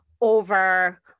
over